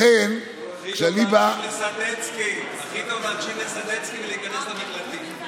הכי טוב להקשיב לסדצקי ולהיכנס למקלטים.